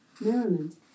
merriment